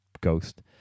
ghost